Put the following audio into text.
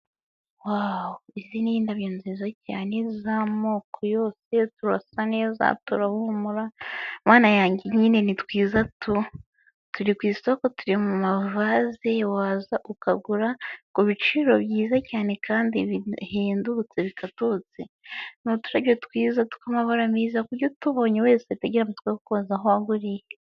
Izi ni indabyo nziza cyane z'amoko yose turasa neza turahumura mana yanjye nyine ni twiza turi ku isoko turi mu mavaze waza ukagura ku biciro byiza cyane kandi bihendutse bikatutse ni uturabyo twiza tw'amabara meza ku buryo utubonye wese ahita agira amatsiko y'aho uririya.